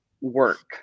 work